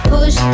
Push